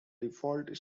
default